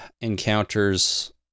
encounters